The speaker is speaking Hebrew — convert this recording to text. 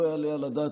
לא יעלה על הדעת,